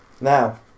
Now